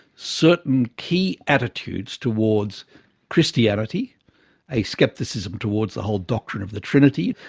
certain key attitudes towards christianity a scepticism towards the whole doctrine of the trinity,